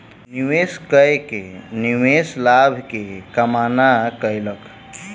निवेश कय के निवेशक लाभ के कामना कयलक